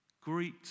Greet